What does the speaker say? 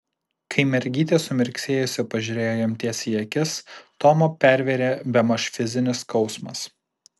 kai mergytė sumirksėjusi pažiūrėjo jam tiesiai į akis tomą pervėrė bemaž fizinis skausmas